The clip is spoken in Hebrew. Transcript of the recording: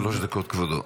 שלוש דקות, כבודו.